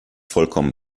vollkommen